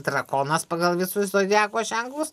drakonas pagal visus zodiako ženklus